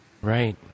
Right